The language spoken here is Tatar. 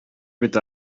бит